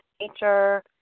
nature